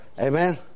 Amen